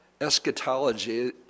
eschatology